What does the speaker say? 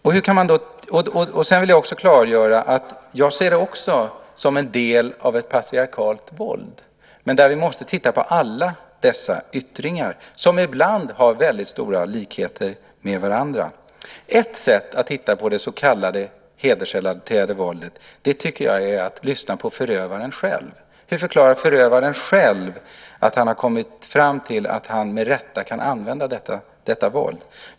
Jag vill också klargöra att jag också ser detta som en del av ett patriarkalt våld, men vi måste titta på alla dessa yttringar, som ibland har väldigt stora likheter med varandra. Ett sätt att titta på det så kallade hedersrelaterade våldet tycker jag är att lyssna på förövaren själv. Hur förklarar förövaren själv att han har kommit fram till att han med rätta kan använda detta våld?